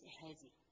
heavy